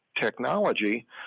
technology